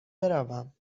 بروم